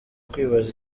kwibaza